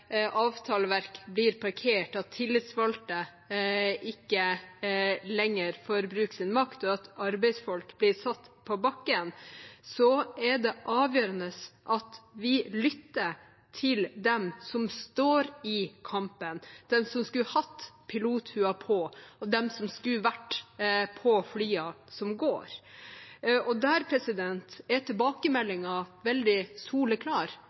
avtaleverk blir parkert, at tillitsvalgte ikke lenger får brukt sin makt, og at arbeidsfolk blir satt på bakken, er det avgjørende at vi lytter til dem som står i kampen, dem som skulle hatt pilotluen på, og dem som skulle vært på flyene som går. Der er tilbakemeldingen veldig soleklar